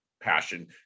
passion